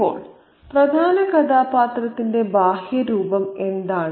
ഇപ്പോൾ പ്രധാന കഥാപാത്രത്തിന്റെ ബാഹ്യ രൂപം എന്താണ്